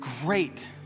Great